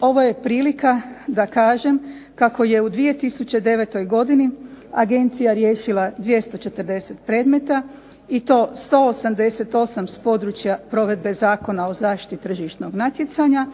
ovo je prilika da kažem kako je u 2009. godini agencija riješila 240 predmeta i to 188 s područja provedbe Zakona o zaštiti tržišnog natjecanja